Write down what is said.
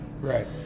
right